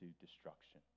destruction